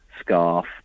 scarf